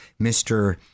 Mr